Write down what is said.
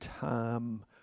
time